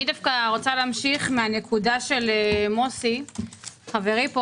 אני רוצה להמשיך מהנקודה של מוסי חברי.